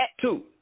two